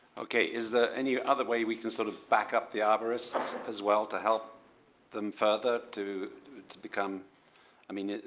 okay. is there any other way we can sort of back up the arbourists as well to help them further to to become i mean,